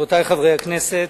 רבותי חברי הכנסת,